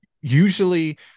usually